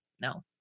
no